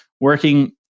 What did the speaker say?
working